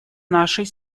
нашей